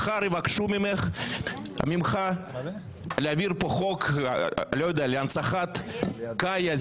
מחר יבקשו ממך להעביר פה חוק להנצחת קאיה,